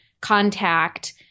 contact